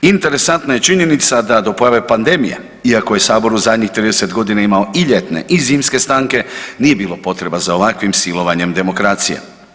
Interesantna je činjenica, da do pojave pandemije, iako je Sabor u zadnjih 30 godina imao i ljetne i zimske stanke, nije bilo potreba za ovakvim silovanjem demokracije.